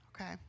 Okay